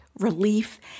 relief